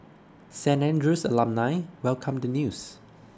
Saint Andrew's alumni welcomed the news